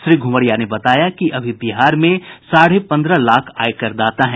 श्री घुमरिया ने बताया कि अभी बिहार में साढ़े पन्द्रह लाख आयकर दाता हैं